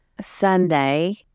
Sunday